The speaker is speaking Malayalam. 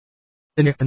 അതിൻ്റെ അർത്ഥമെന്താണ്